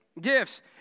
gifts